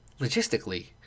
logistically